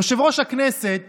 יושב-ראש הכנסת